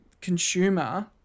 consumer